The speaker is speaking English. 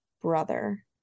brother